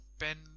pen